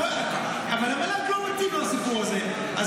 אבל למל"ג הסיפור הזה לא מתאים,